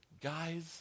guys